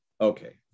okay